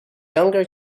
younger